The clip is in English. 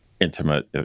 intimate